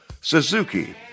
Suzuki